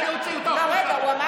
נא להוציא אותו החוצה.